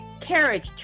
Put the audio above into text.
carriage